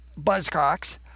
buzzcocks